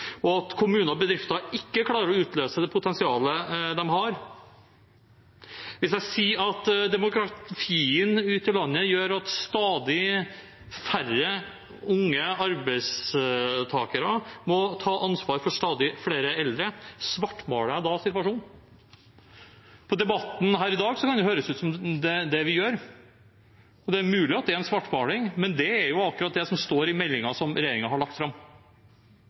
og at kommuner og bedrifter ikke klarer å utløse det potensialet de har, og hvis jeg sier at demografien ute i landet gjør at stadig færre unge arbeidstakere må ta ansvar for stadig flere eldre, svartmaler jeg da situasjonen? Av debatten her i dag kan det høres ut som om det er det vi gjør. Og det er mulig at det er svartmaling, men det er akkurat det som står i meldingen som regjeringen har lagt fram.